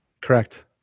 Correct